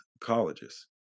colleges